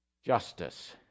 Justice